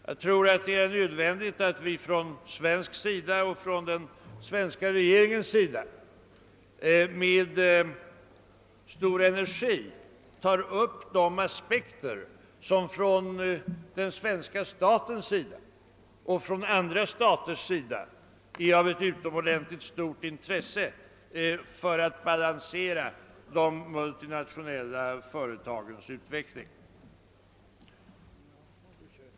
Jag tror det är nödvändigt att vi från svensk sida och från den svenska regeringens sida med stor energi tar upp de aspekter som för den svenska staten och för andra stater är av utomordentligt stort intresse för att balansera de multinationella företagens utveckling.